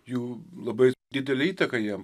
jų labai didelė įtaka jiem